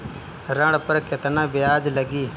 ऋण पर केतना ब्याज लगी?